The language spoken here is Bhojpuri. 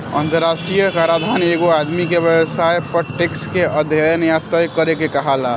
अंतरराष्ट्रीय कराधान एगो आदमी के व्यवसाय पर टैक्स के अध्यन या तय करे के कहाला